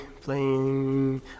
playing